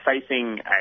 facing